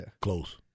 Close